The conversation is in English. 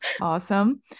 Awesome